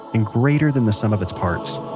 and greater than the sum of its parts